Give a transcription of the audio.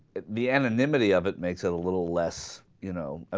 the anonymity of it makes it a little less you know and